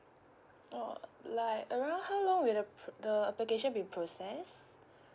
orh like around how long will the the application be process